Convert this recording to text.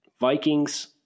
Vikings